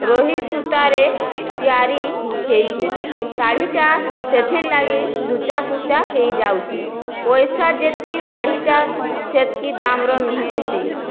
ରୋହି ସୂତାରେ ତିଆରି ହେଇଛେ ଶାଢୀଟା ସେଥିର୍ଲାଗି ଲୁଚା କୁଚା ହେଇଯାଉଛେ ପଏସା ଯେତ୍କି ଶାଢ଼ୀଟା ସେତ୍କି ଦାମ୍ର ନୁହେଁ ସେ